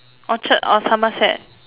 orchard or somerset